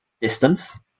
distance